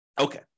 Okay